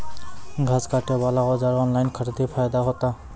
घास काटे बला औजार ऑनलाइन खरीदी फायदा होता?